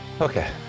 Okay